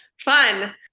Fun